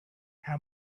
how